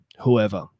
whoever